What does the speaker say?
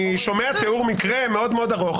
אני שומע תיאור מקרה מאוד מאוד ארוך.